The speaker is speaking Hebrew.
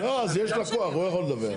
לא, אז יש לקוח, הוא יכול לדווח.